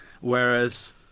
whereas